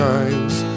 eyes